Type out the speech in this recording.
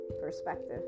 perspective